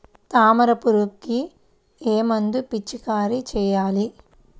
తామర పురుగుకు ఏ మందు పిచికారీ చేయాలి?